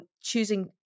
choosing